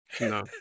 No